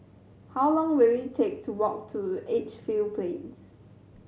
how long will it take to walk to Edgefield Plains